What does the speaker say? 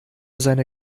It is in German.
seine